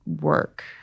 work